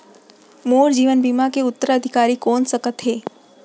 मोर जीवन बीमा के उत्तराधिकारी कोन सकत हे?